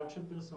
גם של פרסומים,